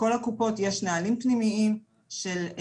לכל קופות החולים יש נהלים פנימיים וחומרים